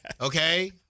Okay